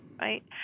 right